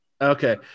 okay